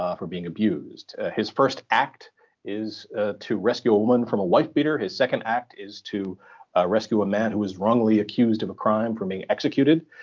ah from being abused. his first act is to rescue a woman from a wife-beater. his second act is to rescue a man who was wrongly accused of a crime from being executed.